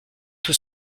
tout